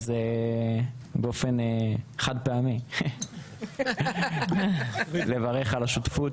אז באופן חד פעמי לברך על השותפות